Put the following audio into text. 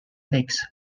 lakes